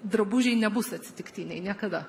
drabužiai nebus atsitiktiniai niekada